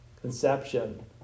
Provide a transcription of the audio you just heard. conception